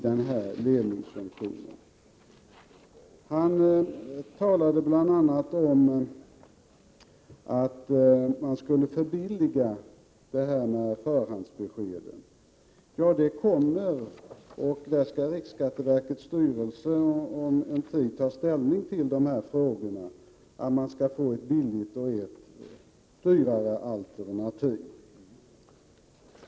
Bengt Harding Olson sade bl.a. att man skulle förbilliga förfarandet med förhandsbeskeden. Ja, riksskatteverkets styrelse skall snart ta ställning till dessa frågor. Det handlar alltså dels om ett billigt, dels om ett dyrare alternativ.